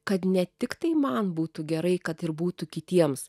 kad ne tiktai man būtų gerai kad ir būtų kitiems